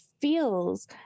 feels